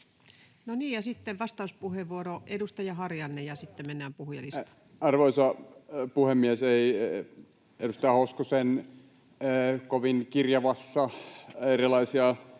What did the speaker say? No niin. — Sitten vastauspuheenvuoro, edustaja Harjanne, ja sitten mennään puhujalistaan. Arvoisa puhemies! Edustaja Hoskosen kovin kirjavassa, erilaisia